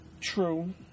True